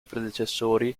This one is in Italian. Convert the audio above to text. predecessori